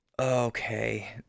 Okay